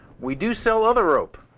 we do sell other rope.